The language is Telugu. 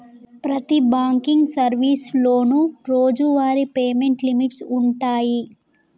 ప్రతి బాంకింగ్ సర్వీసులోనూ రోజువారీ పేమెంట్ లిమిట్స్ వుంటయ్యి